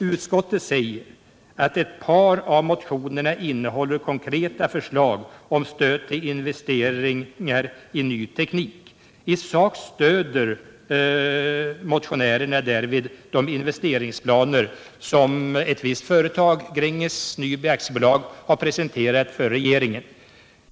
Utskottet säger att ett par av motionerna ”innehåller konkreta förslag om stöd till investeringar i ny teknik. I sak stöder motionärerna härvid de investeringsplaner som ett visst företag, Gränges Nyby AB, har presenterat för regeringen.